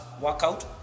workout